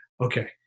Okay